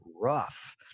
rough